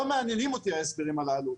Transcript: לא מעניינים אותי ההסברים הללו.